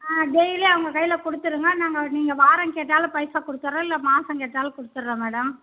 ஆ daily அவங்க கையில கொடுத்துருங்க நாங்கள் நீங்கள் வாரம் கேட்டாலும் பைசா கொடுத்தர்றோம் இல்லை மாதம் கேட்டாலும் கொடுத்துர்றோம் மேடம்